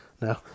no